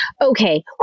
okay